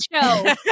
Show